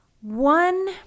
one